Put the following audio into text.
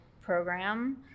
program